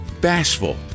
bashful